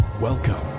Welcome